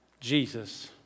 Jesus